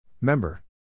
Member